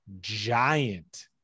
giant